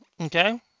Okay